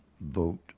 vote